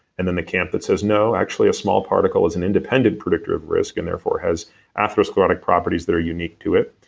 and then the camp that says no, actually a small particle is an independent predictor of risk and therefore has atherosclerotic properties that are unique to it.